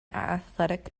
athletic